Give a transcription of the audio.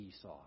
Esau